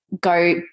go